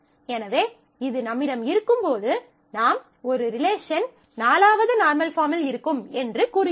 எனவே இது நம்மிடம் இருக்கும்போது நாம் ஒரு ரிலேஷன் 4 வது நார்மல் பாஃர்ம்மில் இருக்கும் என்று கூறுகிறோம்